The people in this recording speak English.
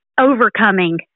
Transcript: overcoming